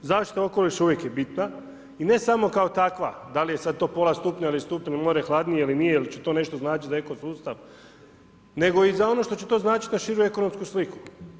Zaštita okoliša uvijek je bitna i ne samo kao takva, da li je sad to pola stupnja ili stupanj more hladnije ili nije, ili će to nešto značiti za eko sustav, nego i za ono što će to značiti za širu ekonomsku sliku.